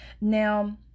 now